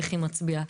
איך מצביעה.